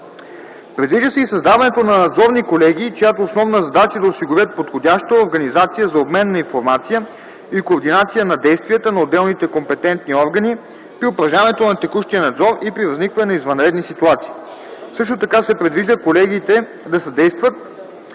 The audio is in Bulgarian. Предвижда се и създаването на надзорни колегии, чиято основна задача е да осигурят подходяща организация за обмен на информация и координация на действията на отделните компетентни органи при упражняването на текущия надзор и при възникване на извънредни ситуации. Също така се предвижда колегите да съдействат